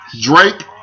Drake